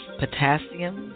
potassium